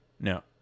No